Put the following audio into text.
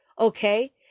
Okay